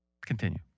Continue